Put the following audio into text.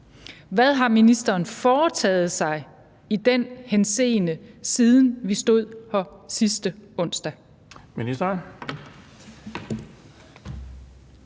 Hvad har ministeren foretaget sig i den henseende, siden vi stod her sidste onsdag?